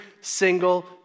single